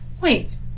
Wait